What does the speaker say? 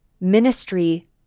ministry